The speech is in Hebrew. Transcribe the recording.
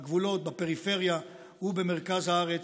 בגבולות, בפריפריה ובמרכז הארץ.